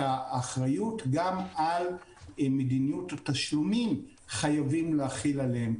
האחריות גם על מדיניות התשלומים חייבים להחיל עליהם.